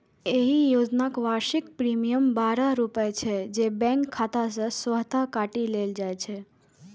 एहि योजनाक वार्षिक प्रीमियम बारह रुपैया छै, जे बैंक खाता सं स्वतः काटि लेल जाइ छै